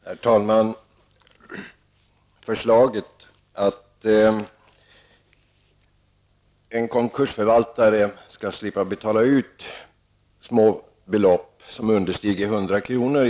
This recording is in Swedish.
Herr talman! Förslaget att en konkursförvaltare skall slippa betala ut små belopp som understiger 100 kr.